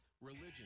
religion